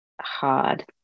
hard